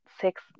six